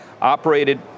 operated